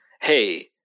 Hey